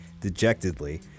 dejectedly